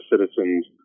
citizens